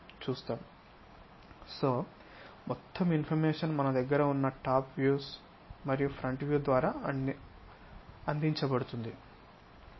కాబట్టి మొత్తం ఇన్ఫర్మేషన్ మన దగ్గర ఉన్న టాప్ వ్యూస్ మరియు ఫ్రంట్ వ్యూ ద్వారా అందించబడుతుంది